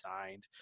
signed